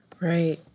Right